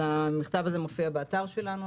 המכתב הזה מופיע באתר שלנו.